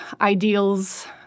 ideals